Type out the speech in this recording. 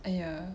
!aiya!